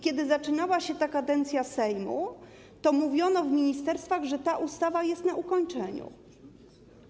Kiedy zaczynała się ta kadencja Sejmu, to mówiono w ministerstwach, że ta ustawa jest na ukończeniu.